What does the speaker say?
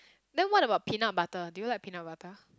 then what about peanut butter do you like peanut butter